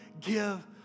give